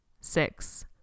six